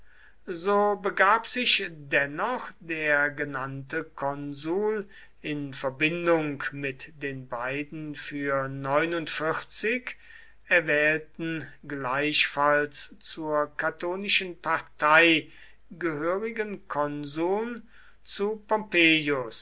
so begab sich dennoch der genannte konsul in verbindung mit den beiden für erwählten gleichfalls zur catonischen partei gehörigen konsuln zu